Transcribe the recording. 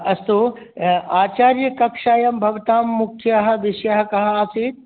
अस्तु आचार्यकक्षायां भवतां मुख्यः विषयः कः आसीत्